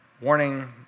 Warning